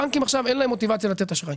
הבנקים עכשיו אין להם מוטיבציה לתת אשראי.